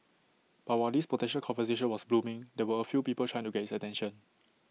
but while this potential conversation was blooming there were A few people trying to get his attention